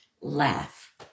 laugh